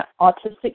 autistic